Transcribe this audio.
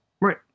Right